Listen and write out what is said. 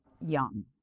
young